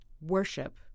worship